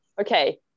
Okay